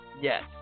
Yes